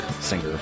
singer